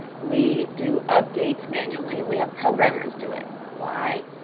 we do updates manually, and we have programmers do it. why?